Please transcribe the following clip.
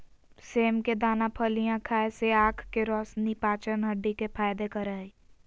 सेम के दाना फलियां खाय से आँख के रोशनी, पाचन, हड्डी के फायदा करे हइ